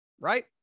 Right